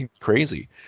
crazy